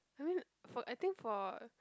I mean for I think for